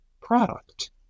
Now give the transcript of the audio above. product